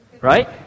right